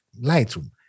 Lightroom